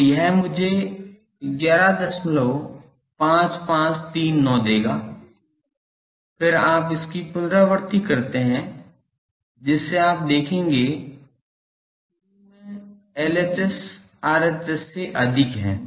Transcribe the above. तो यह मुझे 115539 देगा फिर आप उसकी पुनरावृत्ति करते है जिससे आप देखेंगे कि शुरू में LHS RHS से अधिक है